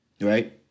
Right